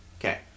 Okay